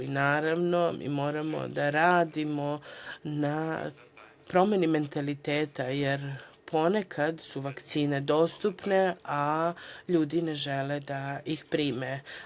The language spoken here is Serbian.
Naravno, moramo da radimo na promeni mentaliteta, jer ponekad su vakcine dostupne, a ljudi ne žele da ih prime.